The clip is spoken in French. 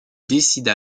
décident